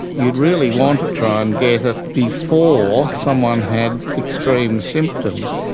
you'd really want to try and get it before someone had extreme symptoms,